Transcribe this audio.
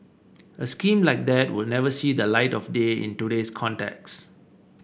a scheme like that would never see the light of day in today's context